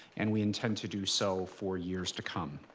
and we intend to do so for years to come.